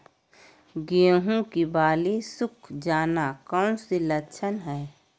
गेंहू की बाली सुख जाना कौन सी लक्षण है?